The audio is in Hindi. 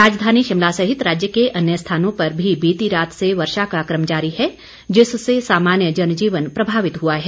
राजधानी शिमला सहित राज्य के अन्य स्थानों पर भी बीती रात से वर्षा का कम जारी है जिससे सामान्य जनजीवन प्रभावित हुआ है